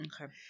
Okay